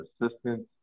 assistance